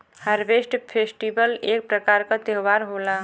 harvest festival एक प्रकार क त्यौहार होला